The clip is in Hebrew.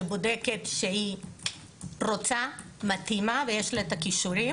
שבודק שהיא רוצה, מתאימה ויש לה את הכישורים.